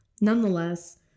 Nonetheless